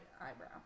eyebrow